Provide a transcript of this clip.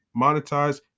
monetize